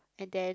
and then